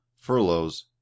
furloughs